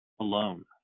alone